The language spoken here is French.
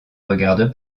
regarde